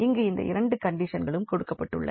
இங்கு இந்த இரண்டு கண்டிஷன்களும் கொடுக்கப்பட்டுள்ள